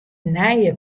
nije